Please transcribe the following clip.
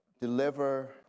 Deliver